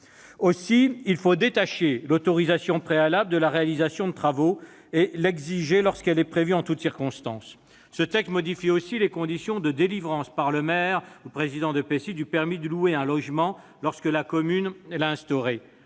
Aussi, il faut détacher l'autorisation préalable de la réalisation de travaux et l'exiger en toutes circonstances. Ce texte modifie également les conditions de délivrance par le maire ou le président d'EPCI du « permis de louer » un logement lorsque la commune l'a instauré.